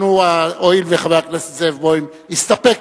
הואיל וחבר הכנסת זאב בוים הסתפק